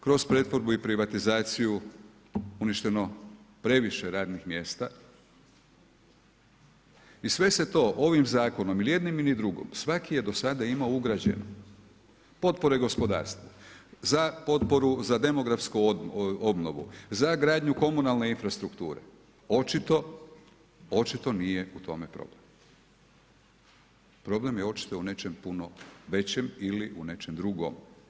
Kroz pretvorbu i privatizaciju uništeno previše radnih mjesta i sve se to ovim zakonom, … svaki je do sada imao ugrađeno potpore gospodarstva, za potporu za demografsku obnovu, za gradnju komunalne infrastrukture, očito nije u tome problem. problem je očito u nečem puno većem ili u nečem drugom.